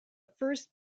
first